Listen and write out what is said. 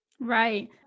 right